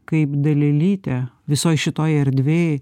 kaip dalelytę visoj šitoj erdvėj